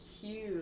cute